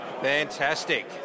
Fantastic